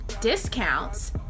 discounts